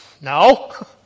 No